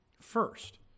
First